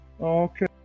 Okay